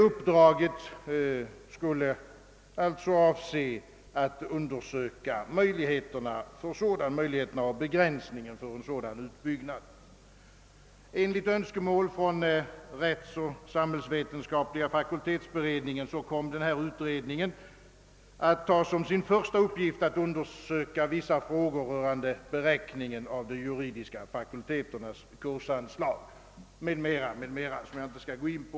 Uppdraget skulle alltså avse att undersöka möjligheterna för en sådan utbyggnad. Enligt önskemål från rättsoch samhällsvetenskapliga fakultetsberedningen kom denna utredning att ta som sin första uppgift att undersöka vissa frågor rörande beräkningen av de juridiska fakulteternas kursanslag och annat som jag inte skall gå in på.